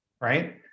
right